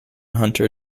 hunter